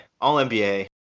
All-NBA